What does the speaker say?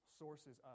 sources